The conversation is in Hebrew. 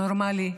"נורמלי",